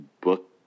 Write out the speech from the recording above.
book